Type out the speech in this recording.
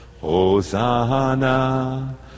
Hosanna